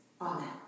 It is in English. Amen